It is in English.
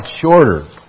shorter